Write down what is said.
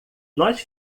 nós